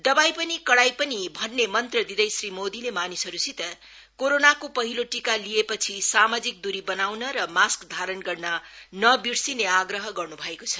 दबाई नि कडाई नि भन्ने मन्त्र दिँदै श्री मोदीले मानिसहरूसित कोरोनाको हिलो टीका लिए छि सामाजित द्री बनाउन र मास्क धारण गर्न नबिर्सने आग्रह गर्न् भएको छ